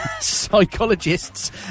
Psychologists